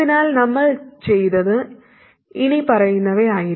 അതിനാൽ നമ്മൾ ചെയ്തത് ഇനിപ്പറയുന്നവയായിരുന്നു